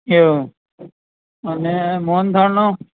એવું અને મોહન થાળનો